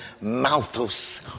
Malthus